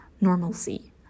normalcy